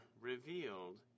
revealed